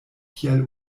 kial